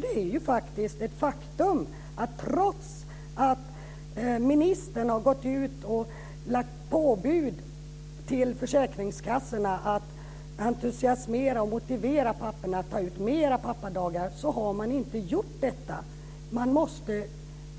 Det är ju ett faktum att trots att ministern har gått ut och lagt påbud till försäkringskassorna att entusiasmera och motivera papporna att ta ut fler pappadagar så har de inte gjort det. Man måste